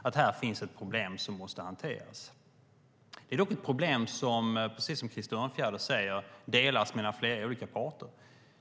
Det är ett problem som, precis som Krister Örnfjäder säger, delas mellan flera olika parter.